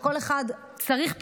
כל אחד צריך פתרון,